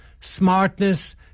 smartness